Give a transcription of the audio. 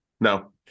No